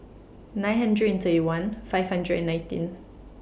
nine hundred and thirty one five hundred and nineteen